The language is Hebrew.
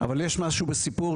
אבל יש משהו גנרי בסיפור,